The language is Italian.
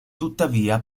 tuttavia